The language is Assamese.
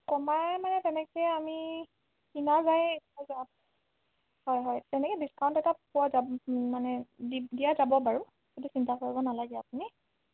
কমাই মানে তেনেকে আমি কিনা যায় হয় হয় তেনেকে ডিছকাউণ্ট এটা পোৱা যাব মানে দিয়া যাব বাৰু সেইটো চিন্তা কৰিব নালাগে আপুনি